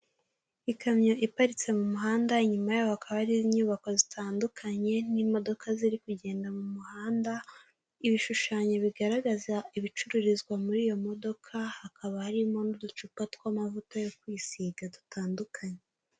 Ikamyo iparitse mu muhanda, inyuma yaho hakaba hari inyubako zitandukanye n'imodoka ziri kugenda mu muhanda, ibishushanyo bigaragaza ibicururizwa muri iyo modoka, hakaba harimo n'uducupa tw'amavuta yo kwisiga dutandukanye.